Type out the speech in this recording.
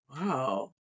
Wow